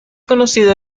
conocido